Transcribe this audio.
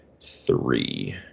three